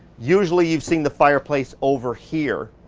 usually you've seen the fireplace over here,